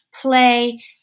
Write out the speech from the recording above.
play